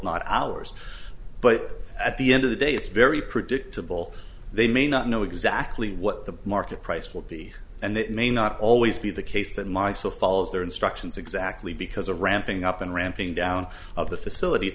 not ours but at the end of the day it's very predictable they may not know exactly what the market price will be and it may not always be the case that my so follows their instructions exactly because of ramping up and ramping down of the facility